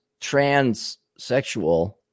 transsexual